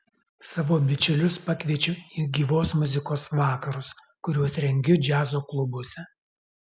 savo bičiulius pakviečiu į gyvos muzikos vakarus kuriuos rengiu džiazo klubuose